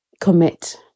commit